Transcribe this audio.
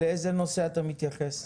לאיזה נושא אתה מתייחס?